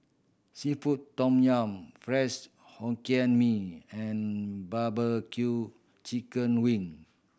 seafood tom yum fries Hokkien Mee and barbecue chicken wing